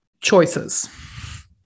choices